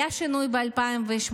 היה שינוי ב-2018,